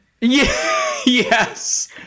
Yes